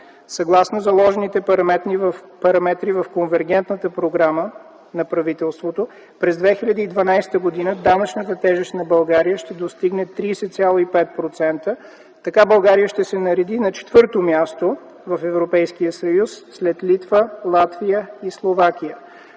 Съгласно заложените параметри в Конвергентната програма на правителството през 2012 г. данъчната тежест на България ще достигне 30,5%. Така България ще се нареди на четвърто място в Европейския съюз след Литва, Латвия и Словакия.